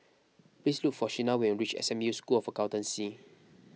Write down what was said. please look for Shena when you reach S M U School of Accountancy